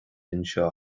anseo